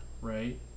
right